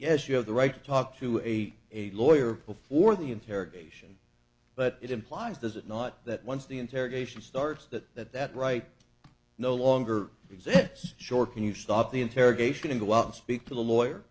yes you have the right to talk to a a lawyer before the interrogation but it implies does it not that once the interrogation starts that that that right no longer exists short can you stop the interrogation and go out and speak to the lawyer